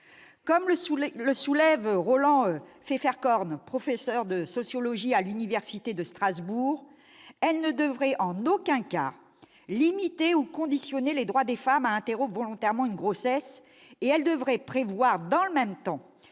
Comme le souligne Roland Pfefferkorn, professeur de sociologie à l'université de Strasbourg, cette formulation ne devrait en aucun cas limiter ou conditionner le droit des femmes à interrompre volontairement une grossesse et elle devrait prévoir, dans le même temps,